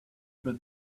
for